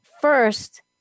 first